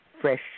fresh